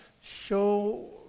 show